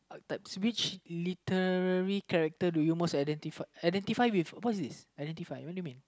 which literary character do you most identify identify with what's this identify what do you mean